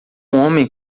homem